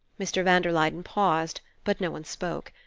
mr. van der luyden paused, but no one spoke.